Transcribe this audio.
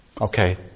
Okay